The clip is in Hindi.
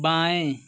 बाएँ